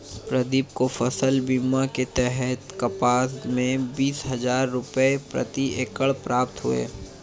प्रदीप को फसल बीमा के तहत कपास में बीस हजार रुपये प्रति एकड़ प्राप्त हुए